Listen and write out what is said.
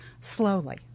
slowly